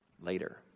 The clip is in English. later